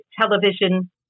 television